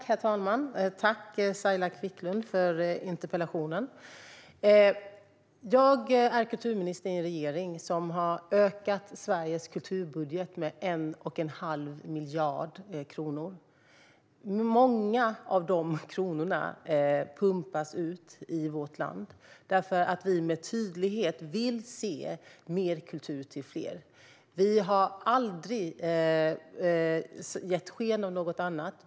Herr talman! Tack, Saila Quicklund, för interpellationen! Jag är kulturminister i en regering som har ökat Sveriges kulturbudget med 1 1⁄2 miljard kronor. Många av dessa kronor pumpas ut i vårt land därför att vi vill se mer kultur till fler. Vi har aldrig gett sken av något annat.